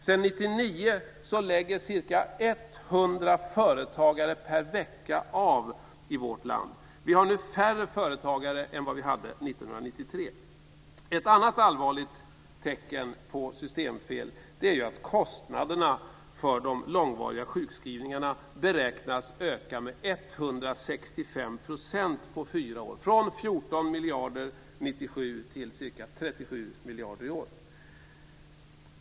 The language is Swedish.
Sedan 1999 lägger ca 100 företagare per vecka av i vårt land. Vi har nu färre företagare än vi hade Ett annat allvarligt tecken på systemfel är att kostnaderna för de långvariga sjukskrivningarna beräknas öka med 165 % på fyra år, från 14 miljarder 1997 till ca 37 miljarder i år.